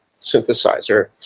synthesizer